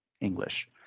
English